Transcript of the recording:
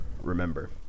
remember